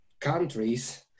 countries